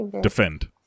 defend